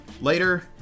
later